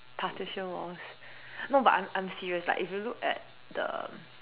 partition walls no but I'm I'm serious like if you look at the